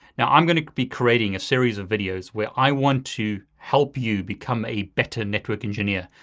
now, i'm gonna be creating a series of videos where i want to help you become a better network engineer.